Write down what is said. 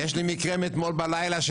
יש לי מקרה מאתמול בלילה.